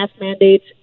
mandates